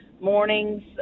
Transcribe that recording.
mornings